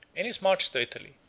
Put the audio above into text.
in his march to italy,